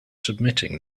submitting